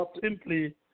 simply